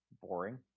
boring